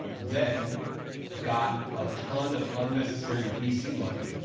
then got a ton of unnecessary vc money.